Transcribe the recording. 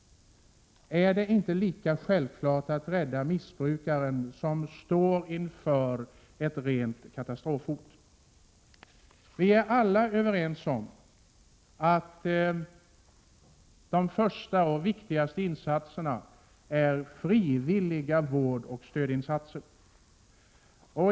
Är det inte lika självklart att rädda en missbrukare som står inför ett rent katastrofhot? Vi är alla överens om att de första och viktigaste insatserna är frivilliga vårdoch stödinsatser.